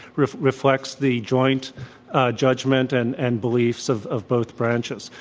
reflects the joint j udgment and and beliefs of of both branches.